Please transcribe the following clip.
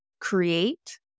create